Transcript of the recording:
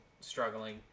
struggling